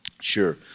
Sure